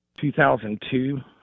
2002